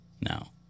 now